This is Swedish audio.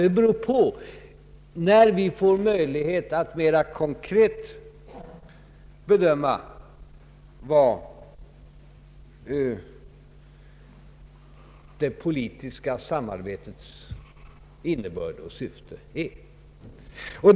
Det beror på när vi får möjlighet att mera konkret bedöma vad det politiska samarbetets innebörd och syfte är.